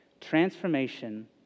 Transformation